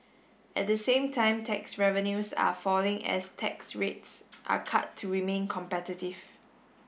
at the same time tax revenues are falling as tax rates are cut to remain competitive